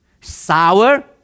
sour